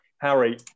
Harry